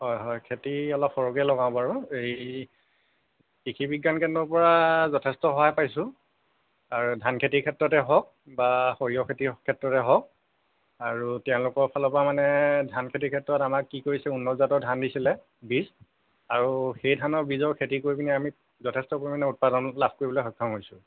হয় হয় খেতি অলপ সৰহকেই লগাওঁ বাৰু এই কৃষি বিজ্ঞান কেন্দ্ৰৰ পৰা যথেষ্ট সহায় পাইছোঁ আৰু ধান খেতিৰ ক্ষেত্ৰতে হওক বা সৰিয়হ খেতিৰ ক্ষেত্ৰতে হওক আৰু তেওঁলোকৰ ফালৰ পৰা মানে ধান খেতিৰ ক্ষেত্ৰত কি কৰিছে উন্নত জাতৰ ধান দিছিলে বীজ আৰু সেই ধানৰ বীজৰ খেতি কৰি পেনি আমি যথেষ্ট পৰিমাণে উৎপাদন লাভ কৰিবলৈ সক্ষম হৈছোঁ